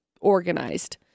organized